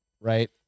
right